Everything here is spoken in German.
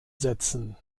setzen